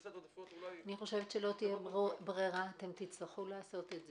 אני חושבת שלא תהיה ברירה אתם תצטרכו לעשות את זה.